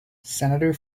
senator